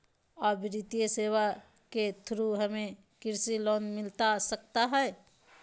आ वित्तीय सेवाएं के थ्रू हमें कृषि लोन मिलता सकता है?